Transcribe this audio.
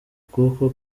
ukuboko